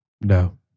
No